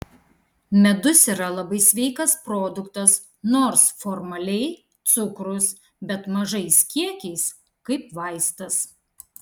medus yra labai sveikas produktas nors formaliai cukrus bet mažais kiekiais kaip vaistas